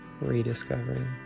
Rediscovering